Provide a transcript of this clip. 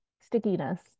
stickiness